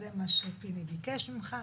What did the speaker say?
זה מה שפיני ביקש ממך,